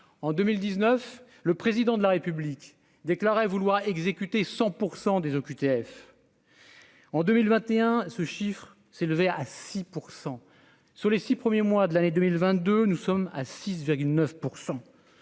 en 2019, le président de la République déclarait vouloir exécuter 100 % des OQTF. En 2021, ce chiffre s'élevait à 6 % sur les 6 premiers mois de l'année 2022, nous sommes à 6,9